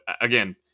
again